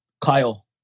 Kyle